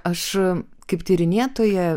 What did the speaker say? aš kaip tyrinėtoja